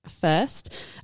first